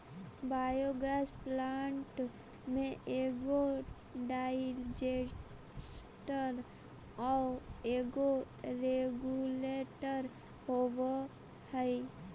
biogas plant में एगो digester आउ एगो रेगुलेटर होवऽ हई